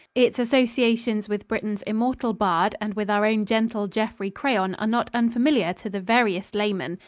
its associations with britain's immortal bard and with our own gentle geoffrey crayon are not unfamiliar to the veriest layman,